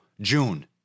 june